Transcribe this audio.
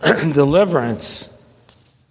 deliverance